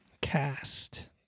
Cast